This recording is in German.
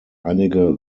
einige